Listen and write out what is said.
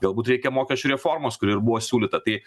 galbūt reikia mokesčių reformos kuri ir buvo siūlyta tai